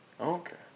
Okay